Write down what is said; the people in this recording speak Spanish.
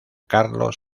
carlos